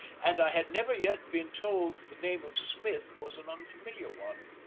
and i had never yet been told that the name of smith was an unfamiliar one.